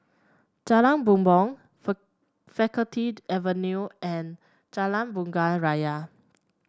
Jalan Bumbong Facultied Avenue and Jalan Bunga Raya